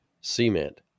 cement